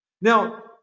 Now